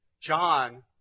John